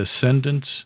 descendants